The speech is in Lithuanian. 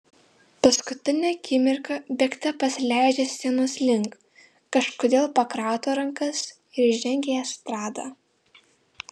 paskutinę akimirką bėgte pasileidžia scenos link kažkodėl pakrato rankas ir žengia į estradą